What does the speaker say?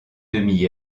demi